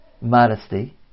modesty